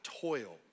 toil